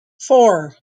four